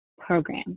Program